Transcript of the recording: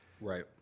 right